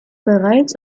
bereits